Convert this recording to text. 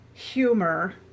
humor